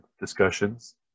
discussions